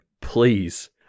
please